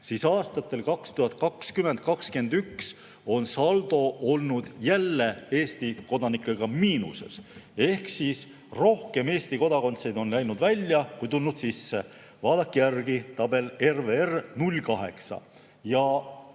siis aastatel 2020–2021 on saldo olnud jälle Eesti kodanike puhul miinuses. Rohkem Eesti [kodanikke] on läinud välja, kui tulnud sisse. Vaadake järgi: tabel RVR08. Ja